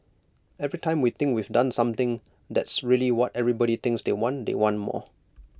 every time we think we've done something that's really what everybody thinks they want they want more